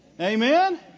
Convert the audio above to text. Amen